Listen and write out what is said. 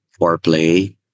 foreplay